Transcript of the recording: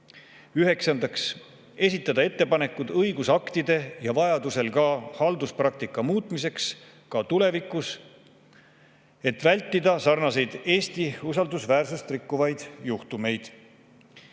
Üheksandaks, esitada ettepanekuid õigusaktide ja vajaduse korral ka halduspraktika muutmiseks tulevikus, et vältida sarnaseid Eesti usaldusväärsust rikkuvaid juhtumeid.